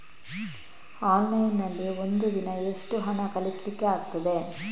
Online ನಲ್ಲಿ ಒಂದು ದಿನ ಎಷ್ಟು ಹಣ ಕಳಿಸ್ಲಿಕ್ಕೆ ಆಗ್ತದೆ?